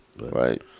Right